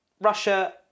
Russia